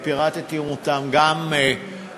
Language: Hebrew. אני פירטתי אותם גם בעבר,